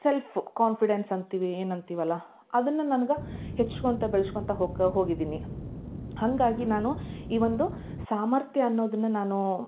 self confidence ಅಂತೀವಿ ಏನು ಅಂತೀವಲ್ಲ ಅದನ್ನ ನನ್ಗ ಹೆಚ್ಕೊಳ್ತಾ ಬೆಳ್ಶ್ಕೊಳ್ತಾ ಹೊಕ್ ಹೋಗಿದ್ದೀನಿ ಹಾಗಾಗಿ ನಾನು ಈ ಒಂದು ಸಾಮರ್ಥ್ಯ ಅನ್ನೋದನ್ನ ನಾನು